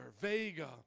Vega